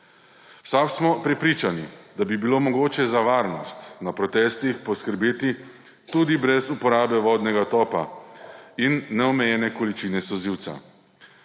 SAB smo prepričani, da bi bilo mogoče za varnost na protestih poskrbeti tudi brez uporabe vodnega topa in neomejene količine solzivca.